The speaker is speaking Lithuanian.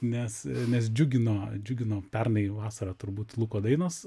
nes nes džiugino džiugino pernai vasarą turbūt luko dainos